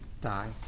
die